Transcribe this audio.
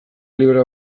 librea